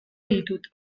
ditut